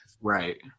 Right